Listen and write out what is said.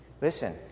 Listen